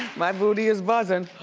my booty is buzzin'